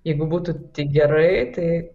jeigu būtų tik gerai tai